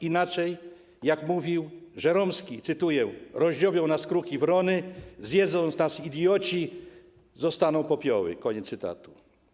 Inaczej, jak mówił Żeromski, cytuję, rozdziobią nas kruki, wrony, zjedzą nas idioci, zostaną popioły - koniec cytatu.